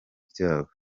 byabo